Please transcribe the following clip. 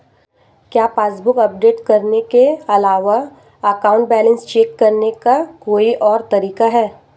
क्या passbook update करने के अलावा अकाउंट बैलेंस चेक करने का कोई और तरीका है?